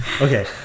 Okay